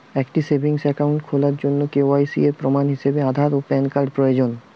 একটি savings account খোলার জন্য কে.ওয়াই.সি এর প্রমাণ হিসাবে আধার ও প্যান কার্ড প্রয়োজন